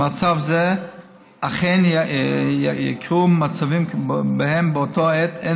במצב זה אכן יקרו מצבים שבהם באותה העת אין